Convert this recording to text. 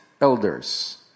elders